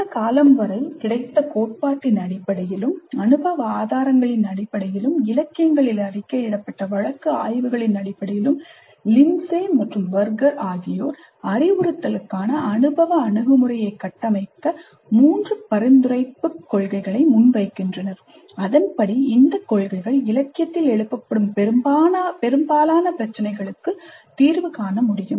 அந்தக் காலம் வரை கிடைத்த கோட்பாட்டின் அடிப்படையிலும் அனுபவ ஆதாரங்களின் அடிப்படையிலும் இலக்கியங்களில் அறிக்கையிடப்பட்ட வழக்கு ஆய்வுகளின் அடிப்படையில் Lindsey மற்றும் Berger ஆகியோர் அறிவுறுத்தலுக்கான அனுபவ அணுகுமுறையை கட்டமைக்க மூன்று பரிந்துரைப்புக் கொள்கைகளை முன்வைக்கின்றனர் அதன்படி இந்த கொள்கைகள் இலக்கியத்தில் எழுப்பப்படும் பெரும்பாலான பிரச்சனைகளுக்கு தீர்வு காண முடியும்